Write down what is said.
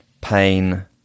pain